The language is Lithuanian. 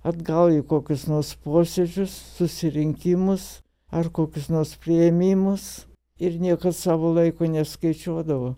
atgal į kokius nors posėdžius susirinkimus ar kokius nors priėmimus ir niekad savo laiko neskaičiuodavo